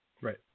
Right